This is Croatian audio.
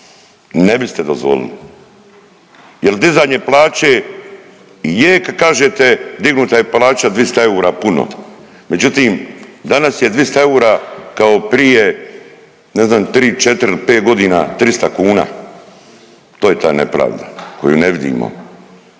ne biste dozvolili. Jer dizanje plaće je kažete dignuta je plaća 200 eura puno, međutim danas je dvista eura kao prije ne znam 3, 4, 5 godina 300 kuna. To je ta nepravda koju ne vidimo,